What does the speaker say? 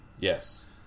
Yes